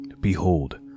Behold